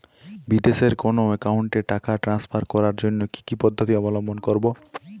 বিদেশের কোনো অ্যাকাউন্টে টাকা ট্রান্সফার করার জন্য কী কী পদ্ধতি অবলম্বন করব?